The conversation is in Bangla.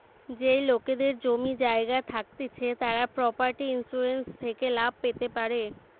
যেই লোকেদের জমি জায়গা থাকতিছে তারা প্রপার্টি ইন্সুরেন্স থেকে লাভ পেতে পারে